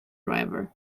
driver